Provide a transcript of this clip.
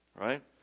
right